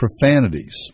profanities